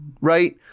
Right